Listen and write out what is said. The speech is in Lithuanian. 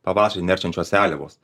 pavasarį neršiančios seliavos